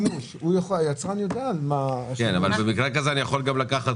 --- היצרן לבד --- אבל במקרה כזה אני יכול לקחת